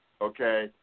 Okay